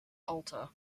alter